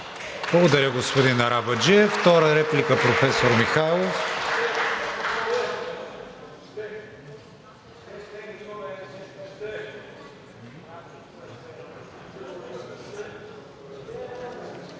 Благодаря, господин Арабаджиев. Втора реплика – професор Михайлов.